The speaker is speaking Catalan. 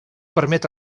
permet